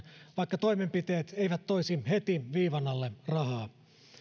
vaikka toimenpiteet eivät toisi heti rahaa viivan alle